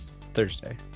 Thursday